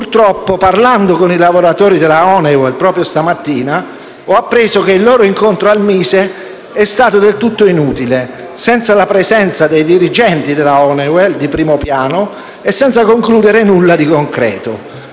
Purtroppo, parlando con i lavoratori della Honeywell proprio stamattina, ho appreso che il loro incontro al Ministero dello sviluppo economico è stato del tutto inutile, senza la presenza di dirigenti Honeywell di primo piano e senza concludere nulla di concreto.